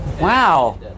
Wow